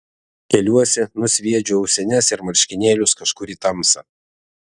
keliuosi nusviedžiu ausines ir marškinėlius kažkur į tamsą